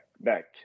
back